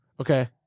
okay